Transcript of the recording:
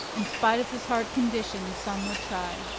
in spite of this hard condition some would try.